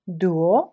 duo